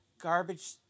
garbage